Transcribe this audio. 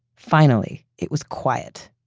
finally, it was quiet.